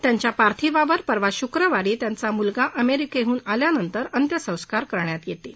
त्यांच्या पार्थिवावर परवा शुक्रवारी त्यांचा मुलगा अमश्क्रिक्ट्रिन आल्यानंतर अंत्यसंस्कार करण्यात यर्तील